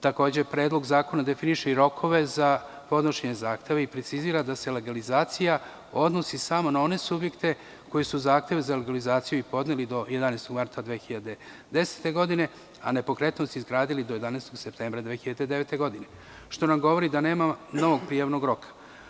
Takođe, predlog zakona definiše i rokove za podnošenje zahteva i precizira da se legalizacija odnosi samo na one subjekte koji su zahteve za legalizaciju podneli do 11. marta 2010. godine, a nepokretnosti izgradili do 11. septembra 2009. godine, što nam govori da nema novog prijavnog roka.